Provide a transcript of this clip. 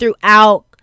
throughout